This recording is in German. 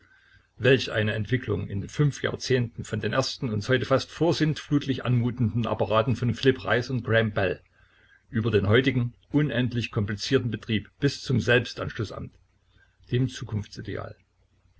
welch eine entwickelung in fünf jahrzehnten von den ersten uns heute fast vorsintflutlich anmutenden apparaten von phil reis und graham bell über den heutigen unendlich komplizierten betrieb bis zum selbstanschlußamt dem